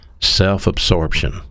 self-absorption